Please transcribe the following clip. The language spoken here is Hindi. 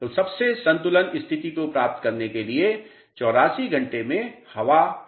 तो सबसे संतुलित स्थिति को प्राप्त करने के लिए 84 घंटे में हवा सूख जाती है